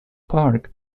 park